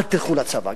אל תלכו לצבא.